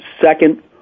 second